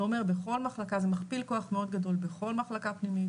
זה אומר בכל מחלקה זה מכפיל כוח מאוד גדול בכל מחלקה פנימית,